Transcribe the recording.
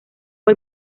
fue